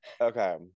okay